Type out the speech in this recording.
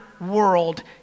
world